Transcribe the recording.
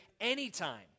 anytime